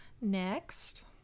Next